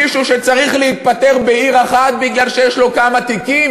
מישהו שצריך להתפטר בעיר אחת כי יש לו כמה תיקים,